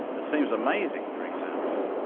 it seems amazing, for example,